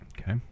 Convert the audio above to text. okay